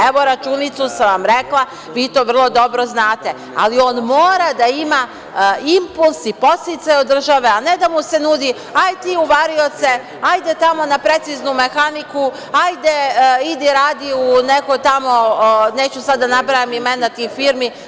Evo, računicu sam vam rekla, vi to dobro znate, ali on mora da ima impuls i podsticaj od države, a ne da mu se nudi - hajde ti u varioce, ajde tamo na preciznu mehaniku, ajde idi radi u neko tamo, neću sad da nabrajam imena tih firmi.